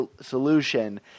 solution